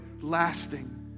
lasting